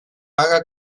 paga